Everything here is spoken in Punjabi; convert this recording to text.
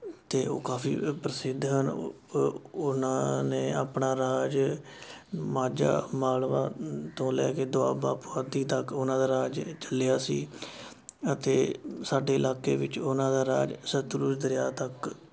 ਅਤੇ ਉਹ ਕਾਫੀ ਪ੍ਰਸਿੱਧ ਹਨ ਅ ਉਹਨਾਂ ਨੇ ਆਪਣਾ ਰਾਜ ਮਾਝਾ ਮਾਲਵਾ ਤੋਂ ਲੈ ਕੇ ਦੁਆਬਾ ਪੁਆਧੀ ਤੱਕ ਉਹਨਾਂ ਦਾ ਰਾਜ ਚੱਲਿਆ ਸੀ ਅਤੇ ਸਾਡੇ ਇਲਾਕੇ ਵਿੱਚ ਉਹਨਾਂ ਦਾ ਰਾਜ ਸਤਲੁਜ ਦਰਿਆ ਤੱਕ